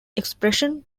expression